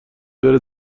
بره